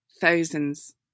Thousands